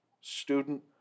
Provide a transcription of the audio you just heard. student